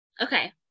Okay